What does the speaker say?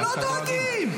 לא דואגים.